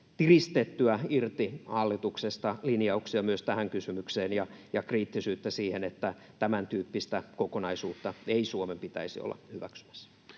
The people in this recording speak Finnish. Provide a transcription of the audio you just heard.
tiristettyä irti hallituksesta linjauksia myös tähän kysymykseen ja kriittisyyttä siihen, että tämäntyyppistä kokonaisuutta ei Suomen pitäisi olla hyväksymässä.